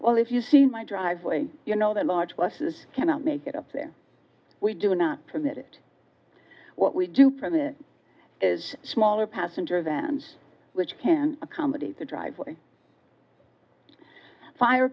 well if you see my driveway you know that large wusses cannot make it up there we do not permit it what we do permit is smaller passenger vans which can accommodate the driveway fire